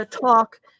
talk